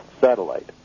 satellite